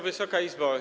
Wysoka Izbo!